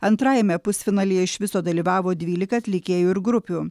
antrajame pusfinalyje iš viso dalyvavo dvylika atlikėjų ir grupių